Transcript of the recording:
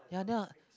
ya then i wa~